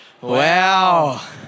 Wow